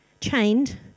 chained